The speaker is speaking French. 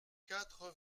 quatre